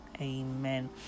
Amen